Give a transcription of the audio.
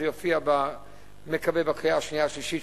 אני מקווה שזה יופיע בקריאה השנייה והשלישית,